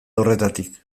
horretatik